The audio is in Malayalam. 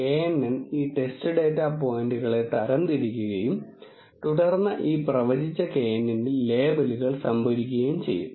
knn ഈ ടെസ്റ്റ് ഡാറ്റാ പോയിന്റുകളെ തരംതിരിക്കുകയും തുടർന്ന് ഈ പ്രവചിച്ച knn ൽ ലേബലുകൾ സംഭരിക്കുകയും ചെയ്യും